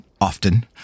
often